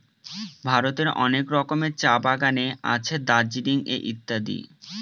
ভারতের অনেক রকমের চা বাগানে আছে দার্জিলিং এ ইত্যাদি